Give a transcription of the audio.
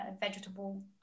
vegetable